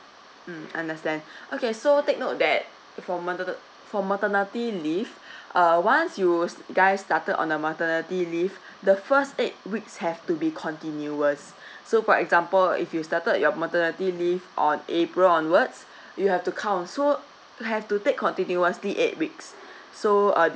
mm understand okay so take note that for mater~ for maternity leave uh once you guys started on a maternity leave the first eight weeks have to be continuous so for example if you started your maternity leave on april onwards you have to count so you have to take continuously eight weeks so uh